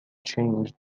changed